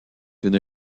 une